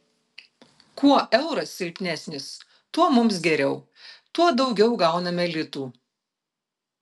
kuo euras silpnesnis tuo mums geriau tuo daugiau gauname litų